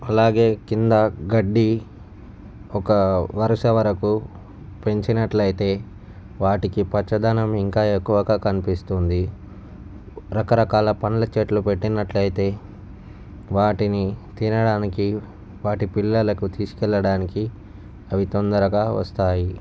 అలాగే కింద గడ్డి ఒక వరస వరకు పెంచినట్లయితే వాటికి పచ్చదనం ఇంకా ఎక్కువగా కనిపిస్తుంది రకరకాల పండ్ల చెట్లు పెట్టినట్లయితే వాటిని తినడానికి వాటి పిల్లలకు తీసుకెళ్ళడానికి అవి తొందరగా వస్తాయి